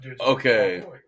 Okay